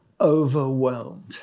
overwhelmed